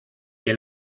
que